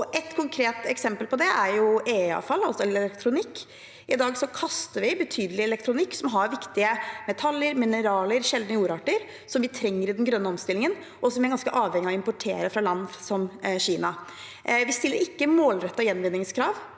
Et konkret eksempel på det er EE-avfall, altså elektronikk. I dag kaster vi betydelig elektronikk som har viktige metaller, mineraler og sjeldne jordarter som vi trenger i den grønne omstillingen, og som vi er ganske avhengig av å importere fra land som Kina. Vi stiller ikke målrettede gjenvinningskrav